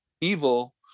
evil